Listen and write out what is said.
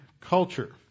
culture